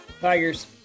Tigers